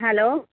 hello